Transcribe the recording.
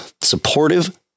supportive